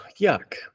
yuck